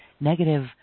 negative